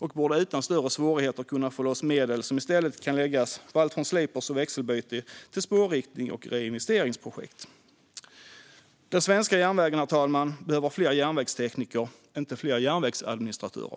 Vi borde utan större svårigheter kunna få loss medel som i stället kan läggas på allt från sliprar och växelbyte till spårriktning och reinvesteringsprojekt. Herr talman! Den svenska järnvägen behöver fler järnvägstekniker, inte fler järnvägsadministratörer.